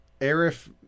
Arif